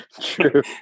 true